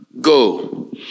go